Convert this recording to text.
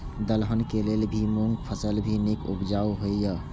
दलहन के लेल भी मूँग फसल भी नीक उपजाऊ होय ईय?